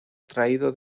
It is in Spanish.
traído